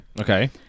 Okay